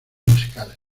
musical